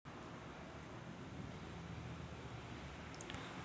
अफगाणिस्तान मध्ये वीस टक्के कर्ज रोखे समाविष्ट आहेत